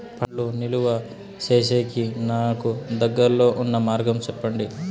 పండ్లు నిలువ సేసేకి నాకు దగ్గర్లో ఉన్న మార్గం చెప్పండి?